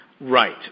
Right